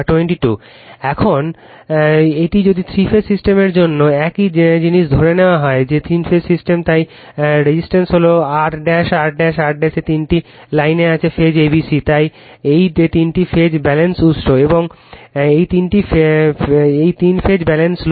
এখন এখন এটি যদি তিন ফেজ সিস্টেমের জন্য একই জিনিস ধরে নেওয়া হয় যে তিন ফেজ সিস্টেম তাই প্রতিরোধ হল R R R তিনটি লাইন আছে ফেজ a b c এই দিকটি তিন ফেজ ব্যালেন্সড উৎস এবং এটি তিন ফেজ ব্যালেন্সড লোড